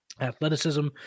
athleticism